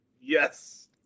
yes